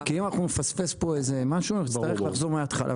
כי אם אנחנו נפספס פה משהו אנחנו נצטרך לחזור פה מהתחלה.